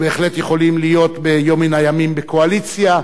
ובהחלט יכולים להיות ביום מן הימים בקואליציה,